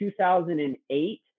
2008